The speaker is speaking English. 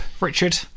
Richard